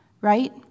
right